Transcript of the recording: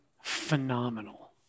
phenomenal